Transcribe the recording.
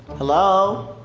hello?